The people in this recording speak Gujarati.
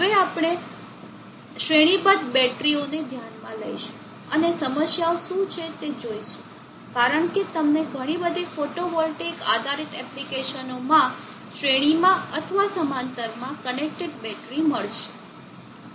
હવે આપણે શ્રેણીબદ્ધ બેટરીઓને ધ્યાનમાં લઈશું અને સમસ્યાઓ શું છે તે જોશું કારણ કે તમને ઘણી બધી ફોટોવોલ્ટેઇક આધારિત એપ્લિકેશનોમાં શ્રેણીમાં અથવા સમાંતરમાં કનેક્ટેડ બેટરી મળશે